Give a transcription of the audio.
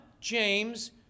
James